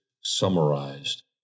summarized